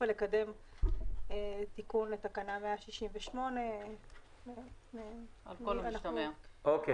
ולקדם תיקון לתקנה 168. על כל המשתמע.